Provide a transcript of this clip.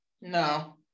No